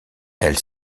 elle